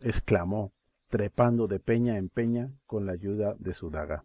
exclamó trepando de peña en peña con la ayuda de su daga